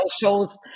shows